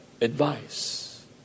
advice